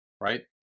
right